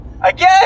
Again